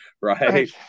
right